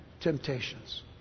temptations